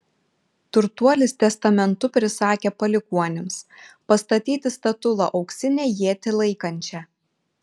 turtuolis testamentu prisakė palikuonims pastatyti statulą auksinę ietį laikančią